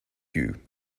you